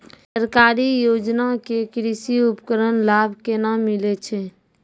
सरकारी योजना के कृषि उपकरण लाभ केना मिलै छै?